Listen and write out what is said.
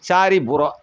sorry bro